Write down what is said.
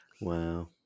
Wow